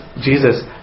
Jesus